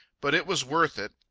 but it was worth it.